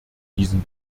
diesen